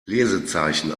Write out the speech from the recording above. lesezeichen